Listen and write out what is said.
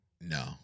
No